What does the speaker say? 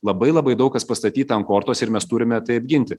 labai labai daug kas pastatyta ant kortos ir mes turime tai apginti